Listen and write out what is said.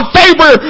favor